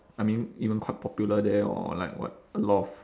I mean even quite popular there or like what a lot of